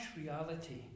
reality